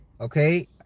Okay